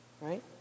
right